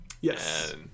yes